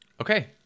Okay